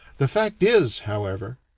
the fact is, however,